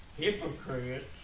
Hypocrites